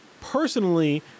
personally